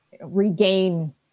regain